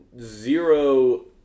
zero